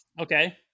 Okay